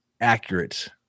accurate